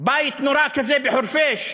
בית נורא כזה בחורפיש,